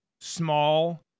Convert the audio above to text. small